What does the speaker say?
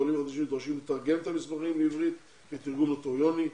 העולים החדשים נדרשים לתרגם את מסמכים לעברית עם אישור נוטריוני,